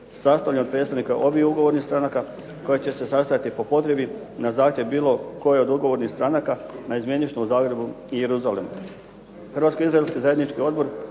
sastavljen od predstavnika obiju ugovornih stranaka koja će se sastajati po potrebi, na zahtjev bilo koje od ugovornih stranaka naizmjenično u Zagrebu i Jeruzalemu. Hrvatsko-izraelski zajednički odbor